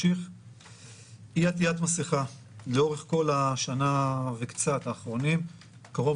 אי עטית מסיכה לאורך כל השנה וקצת האחרונות קרוב